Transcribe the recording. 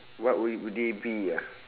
what would they be ah